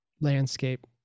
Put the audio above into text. landscape